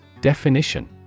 Definition